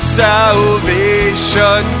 salvation